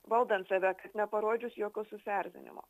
valdant save kad neparodžius jokio susierzinimo